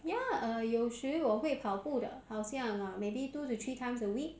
ya uh 有时我会跑步的好像 maybe two to three times a week